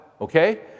Okay